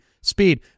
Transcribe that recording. speed